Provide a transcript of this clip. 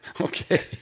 okay